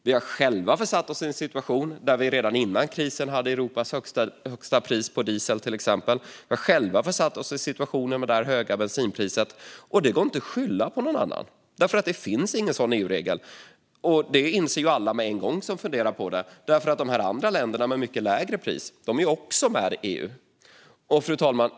Vi har själva försatt oss i en situation där vi redan innan krisen hade Europas högsta pris på till exempel diesel. Vi har själva försatt oss i den här situationen med det höga bensinpriset. Det går inte att skylla på någon annan. Det finns inte någon sådan EU-regel. Det inser alla med en gång som funderar på det. De andra länderna med mycket lägre pris är också med i EU. Fru talman!